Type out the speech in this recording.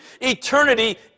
Eternity